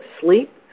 sleep